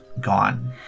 gone